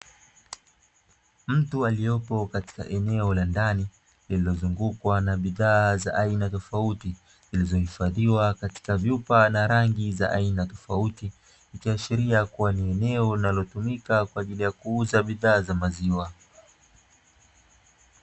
Mtu aliyepo katika eneo la ndani lililozungukwa na bidhaa za aina tofauti zinazohifadhiwa katika vyupa na rangi za aina tofauti, zikiashiria kuwa ni eneo linalotumika kwa ajili ya kuuza bidhaa za maziwa.